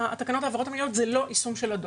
תקנות העבירות המינהליות זה לא יישום של הדו"ח.